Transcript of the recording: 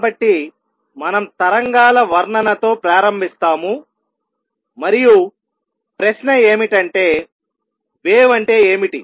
కాబట్టి మనం తరంగాల వర్ణనతో ప్రారంభిస్తాము మరియు ప్రశ్న ఏమిటంటే వేవ్ అంటే ఏమిటి